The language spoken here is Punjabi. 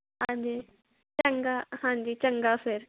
ਹਾਂਜੀ ਚੰਗਾ ਹਾਂਜੀ ਚੰਗਾ ਫਿਰ